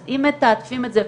אז אם מתעדפים את זה,